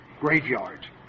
graveyard